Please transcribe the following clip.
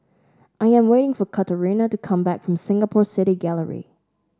I am waiting for Katarina to come back from Singapore City Gallery